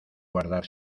guardar